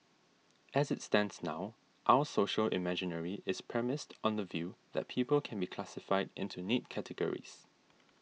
as it stands now our social imaginary is premised on the view that people can be classified into neat categories